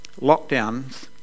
lockdowns